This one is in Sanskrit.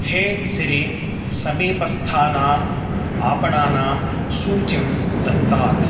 हे सिरि समीपस्थानाम् आपणानां सूचिं दत्तात्